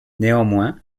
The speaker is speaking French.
néanmoins